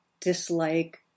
dislike